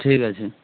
ঠিক আছে